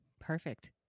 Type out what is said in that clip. Perfect